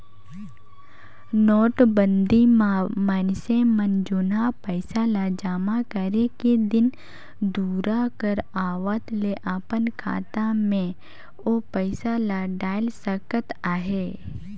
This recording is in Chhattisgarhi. नोटबंदी म मइनसे मन जुनहा पइसा जमा करे के दिन दुरा कर आवत ले अपन खाता में ओ पइसा ल डाएल सकत अहे